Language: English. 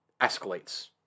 escalates